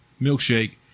milkshake